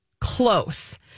close